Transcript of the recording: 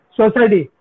society